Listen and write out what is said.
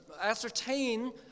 ascertain